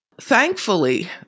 Thankfully